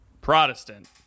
Protestant